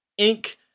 Inc